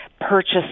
purchase